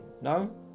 No